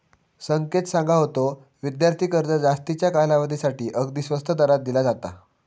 संकेत सांगा होतो, विद्यार्थी कर्ज जास्तीच्या कालावधीसाठी अगदी स्वस्त दरात दिला जाता